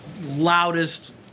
loudest